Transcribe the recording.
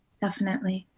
definitely.